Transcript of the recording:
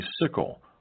sickle